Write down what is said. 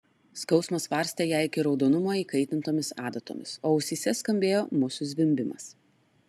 skausmas varstė ją iki raudonumo įkaitintomis adatomis o ausyse skambėjo musių zvimbimas